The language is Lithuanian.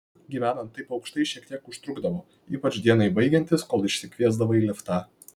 gyvenant taip aukštai šiek tiek užtrukdavo ypač dienai baigiantis kol išsikviesdavai liftą